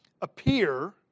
appear